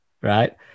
right